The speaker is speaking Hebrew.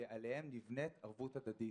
שעליהם נבנית ערבות הדדית.